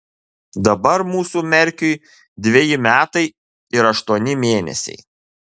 dabar mūsų merkiui dveji metai ir aštuoni mėnesiai